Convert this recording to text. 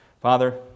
Father